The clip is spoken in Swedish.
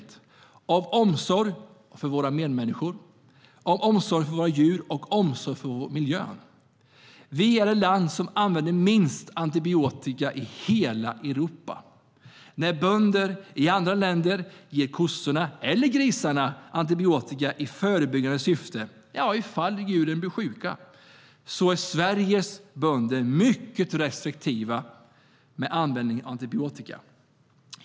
Det handlar om omsorg om våra medmänniskor, omsorg om våra djur och omsorg om miljön.ju bli sjuka - är Sveriges bönder mycket restriktiva med användningen av antibiotika.